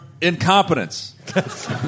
Incompetence